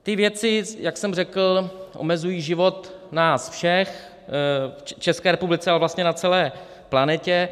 Ty věci, jak jsem řekl, omezují život nás všech v České republice a vlastně na celé planetě.